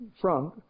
front